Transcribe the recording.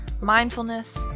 mindfulness